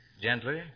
Gently